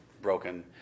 broken